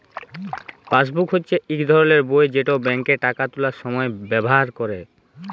passbook হচ্যে ইক ধরলের বই যেট ব্যাংকে টাকা তুলার সময় ব্যাভার ক্যরে